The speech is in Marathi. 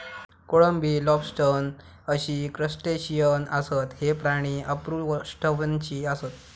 कोळंबी, लॉबस्टर अशी क्रस्टेशियन आसत, हे प्राणी अपृष्ठवंशी आसत